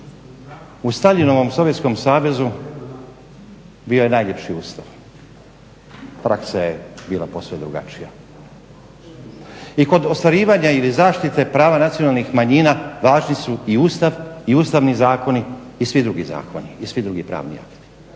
U Staljinovom Sovjetskom Savezu bio je najljepši ustav, praksa je bila posve drugačija. I kod ostvarivanje ili kod zaštita prava nacionalnih manjina važni su i Ustav i ustavni zakoni i svi drugi zakoni i svi drugi pravni akti